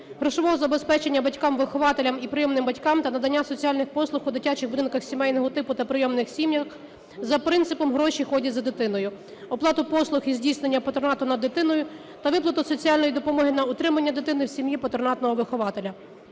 грошового забезпечення батькам-вихователям і прийомним батькам та надання соціальних послуг в дитячих будинках сімейного типу та прийомних сім'ях за принципом "гроші ходять за дитиною", оплату послуг і здійснення патронату над дитиною та виплату соціальної допомоги на утримання дитини в сім'ї патронатного вихователя.